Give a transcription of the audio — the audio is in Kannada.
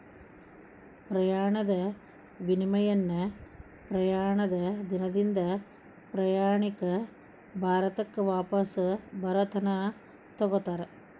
ಪ್ರಯಾಣದ ವಿಮೆಯನ್ನ ಪ್ರಯಾಣದ ದಿನದಿಂದ ಪ್ರಯಾಣಿಕ ಭಾರತಕ್ಕ ವಾಪಸ್ ಬರತನ ತೊಗೋತಾರ